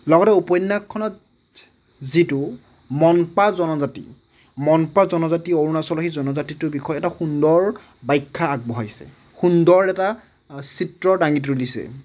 লগতে উপন্যাসখনত যিটো মন্পা জনজাতি মন্পা জনজাতি অৰুণাচলৰ সেই জনজাতিটোৰ বিষয়ে এটা সুন্দৰ বাখ্যা আগবঢ়াইছে সুন্দৰ এটা চিত্ৰ ডাঙি ধৰিছে